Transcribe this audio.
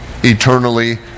eternally